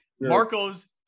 Marcos